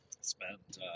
spent